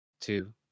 two